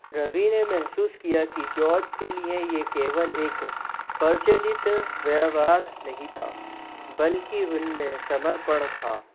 रवि ने महसूस किया कि जॉर्ज के लिए यह केवल एक प्रचलित व्यवहार नहीं था बल्कि उनमें समर्पण था